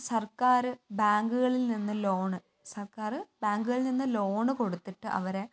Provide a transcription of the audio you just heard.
സർക്കാർ ബാങ്കുകളിൽ നിന്ന് ലോൺ സർക്കാർ ബാങ്കുകളിൽ നിന്ന് ലോൺ കൊടുത്തിട്ട് അവരെ